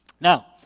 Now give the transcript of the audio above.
Now